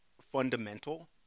fundamental